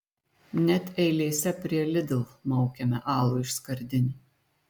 net eilėse prie lidl maukiame alų iš skardinių